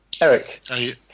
Eric